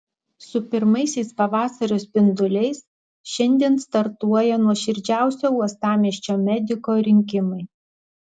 su pirmaisiais pavasario spinduliais šiandien startuoja nuoširdžiausio uostamiesčio mediko rinkimai